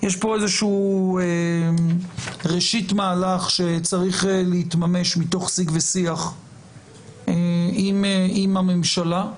יש פה ראשית מהלך שצריך להתממש מתוך שיג ושיח עם הממשלה,